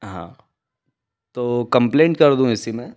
हाँ तो कॉम्प्लैन कर दूँ इसी में